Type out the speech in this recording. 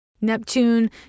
Neptune